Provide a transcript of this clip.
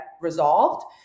resolved